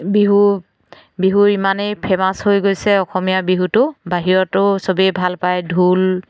বিহু বিহু ইমানেই ফেমাছ হৈ গৈছে অসমীয়া বিহুটো বাহিৰতো চবেই ভাল পায় ঢোল